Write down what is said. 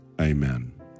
Amen